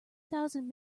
thousand